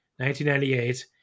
1998